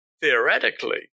theoretically